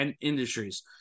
industries